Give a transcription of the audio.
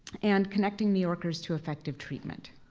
and connecting new yorkers to effective treatment.